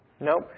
Nope